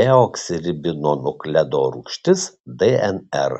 deoksiribonukleorūgštis dnr